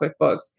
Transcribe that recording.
QuickBooks